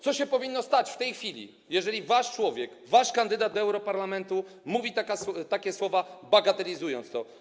Co się powinno stać w tej chwili, jeżeli wasz człowiek, wasz kandydat do europarlamentu, mówi takie słowa, bagatelizując to?